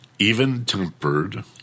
even-tempered